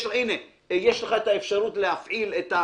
הנה יש לך את האפשרות להפעיל.